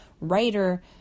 writer